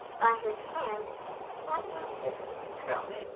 by his hand lightning is hurled.